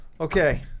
Okay